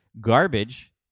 garbage